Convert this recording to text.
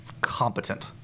competent